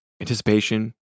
anticipation